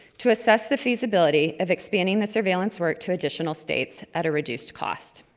to assess the feasibility of expanding the surveillance work to additional states at a reduced cost.